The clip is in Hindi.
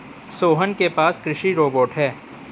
सोहन के पास कृषि रोबोट है